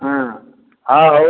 ହଁ ହଉ ହଉ